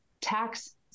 tax